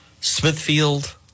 Smithfield